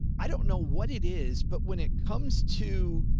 i don't know what it is, but when it comes to.